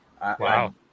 Wow